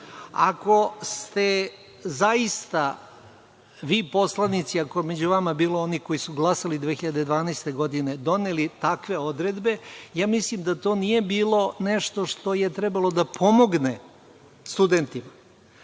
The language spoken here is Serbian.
Ako ste zaista vi poslanici, ako je među vama bilo onih koji su glasali 2012. godine, doneli takve odredbe, ja mislim da to nije bilo nešto što je trebalo da pomogne studentima.